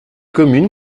communes